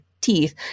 teeth